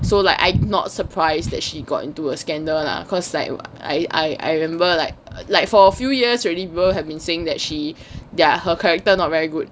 so like I'm not surprised that she got into a scandal lah cause so I I remember like like for a few years already people have been saying that she ya her character not very good